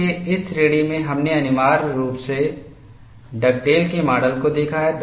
इसलिए इस श्रेणी में हमने अनिवार्य रूप से डगडेल के माडल को देखा है